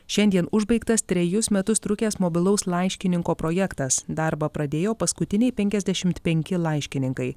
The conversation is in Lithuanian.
šiandien užbaigtas trejus metus trukęs mobilaus laiškininko projektas darbą pradėjo paskutiniai penkiasdešimt penki laiškininkai